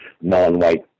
non-white